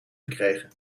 gekregen